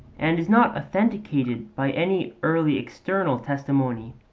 and is not authenticated by any early external testimony.